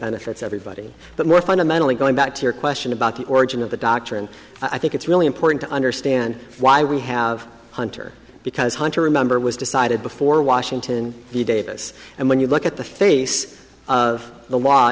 benefits everybody but more fundamentally going back to your question about the origin of the doctrine i think it's really important to understand why we have hunter because hunter remember was decided before washington d davis and when you look at the face of the